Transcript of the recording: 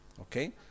Okay